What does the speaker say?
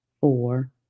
four